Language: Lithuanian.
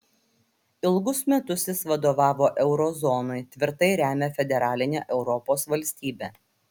ilgus metus jis vadovavo euro zonai tvirtai remia federalinę europos valstybę